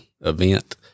event